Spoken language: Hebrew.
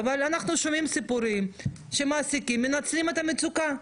אבל אנחנו שומעים סיפורים שמעסיקים מנצלים את המצוקה,